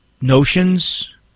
notions